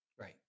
Right